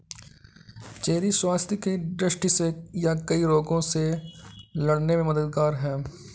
cherry स्वास्थ्य की दृष्टि से यह कई रोगों से लड़ने में मददगार है